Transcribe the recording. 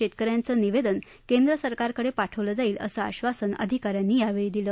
शेतक यांचं निवेदन केंद्र सरकारकडे पाठवलं जाईल असं आश्वासन अधिका यांनी यावेळी दिलं